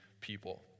people